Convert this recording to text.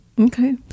Okay